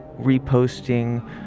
reposting